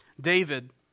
David